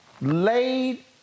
laid